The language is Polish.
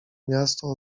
miasto